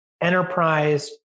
enterprise